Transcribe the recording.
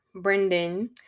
Brendan